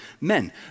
men